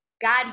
God